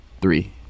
three